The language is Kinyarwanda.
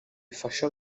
ifashe